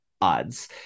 Odds